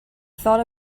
thought